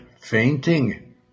fainting